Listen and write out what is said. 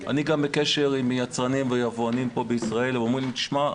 אני גם בקשר עם יצרנים ויבואנים פה בישראל והם אומרים לי: תשמע,